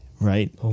right